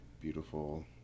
beautiful